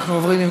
אנחנו עוברים,